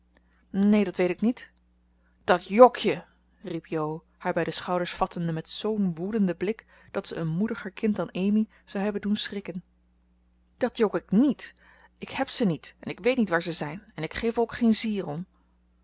neen dat weet ik niet dat jok je riep jo haar bij de schouders vattende met zoo'n woedenden blik dat ze een moediger kind dan amy zou hebben doen schrikken dat jok ik niet ik heb ze niet en weet niet waar ze zijn en ik geef er ook geen zier om